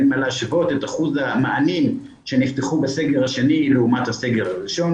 אין מה להשוות את אחוז המענים שנפתחו בסגר השני לעומת הסגר הראשון,